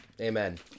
Amen